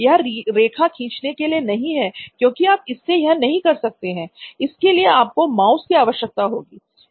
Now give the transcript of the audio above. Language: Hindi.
यह रेखा खींचने के लिए नहीं है क्योंकि आप इससे यह कर ही नहीं सकते इसके लिए आपको माउस की आवश्यकता होती है